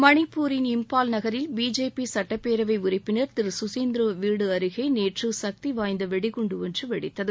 மணிப்பூரில் இம்பால் நகரில் பிஜேபி சுட்டப்பேரவை உறுப்பினர் திரு எல் சுசிந்ரோ வீடு அருகே நேற்று சக்திவாய்ந்த வெடிகுண்டு ஒன்று வெடித்தது